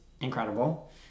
incredible